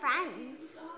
friends